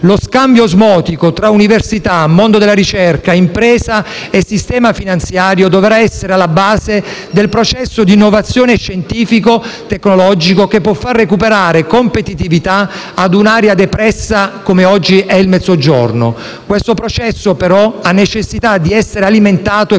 Lo scambio osmotico tra università, mondo della ricerca, impresa e sistema finanziario dovrà essere alla base del processo di innovazione scientifico-tecnologico, che può fare recuperare competitività a un'area depressa come è oggi il Mezzogiorno. Questo processo, però, ha necessità di essere alimentato e